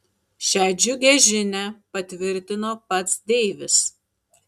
šią džiugią žinią patvirtino pats deivis